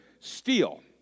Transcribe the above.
steal